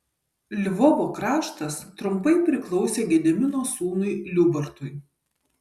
lvovo kraštas trumpai priklausė gedimino sūnui liubartui